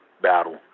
battle